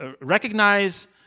recognize